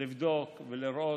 לבדוק ולראות.